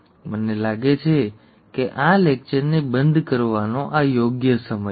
મને લાગે છે કે આ લેક્ચરને બંધ કરવાનો આ યોગ્ય સમય છે